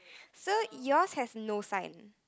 so yours has no sign